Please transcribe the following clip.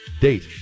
date